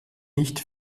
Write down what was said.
nicht